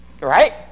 right